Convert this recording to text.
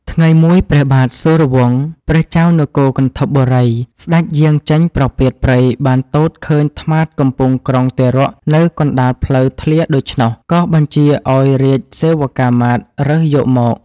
ថ្ងៃមួយ ព្រះបាទសូរវង្ស ព្រះចៅនគរគន្ធពបូរីស្តេចយាងចេញប្រពាតព្រៃបានទតឃើញត្មាតកំពុងក្រុងទារកនៅកណ្តាលផ្លូវធ្លាដូច្នោះ ក៏បញ្ជាឲ្យរាជសេវកាមាត្យរើសយកមក។